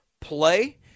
play